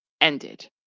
ended